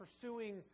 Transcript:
pursuing